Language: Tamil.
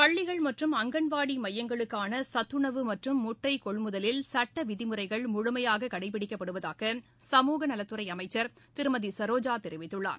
பள்ளிகள் மற்றும் அங்கன்வாடி மையங்களுக்கான சத்துணவு மற்றும் முட்டை கொள்முதலில் சட்ட விதிமுறைகள் முழுமையாக கடைபிடிக்கப்படுவதாக சமூகநலத்துறை அமைச்சர் திருமதி சரோஜா தெரிவித்துள்ளார்